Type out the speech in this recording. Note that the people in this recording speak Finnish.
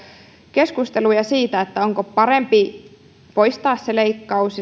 keskusteluja siitä onko parempi poistaa se leikkaus